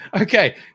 Okay